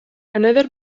another